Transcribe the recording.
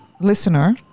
listener